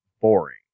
boring